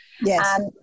Yes